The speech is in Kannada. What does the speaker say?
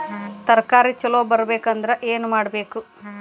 ತರಕಾರಿ ಛಲೋ ಬರ್ಬೆಕ್ ಅಂದ್ರ್ ಏನು ಮಾಡ್ಬೇಕ್?